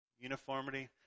uniformity